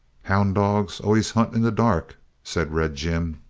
hound dogs always hunt in the dark, said red jim.